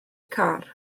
car